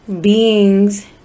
beings